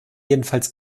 jedenfalls